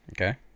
Okay